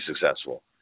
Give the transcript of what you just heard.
successful